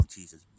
Jesus